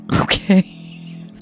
Okay